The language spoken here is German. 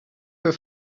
für